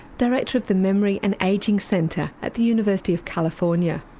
director of the memory and ageing centre at the university of california.